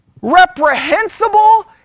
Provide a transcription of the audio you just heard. reprehensible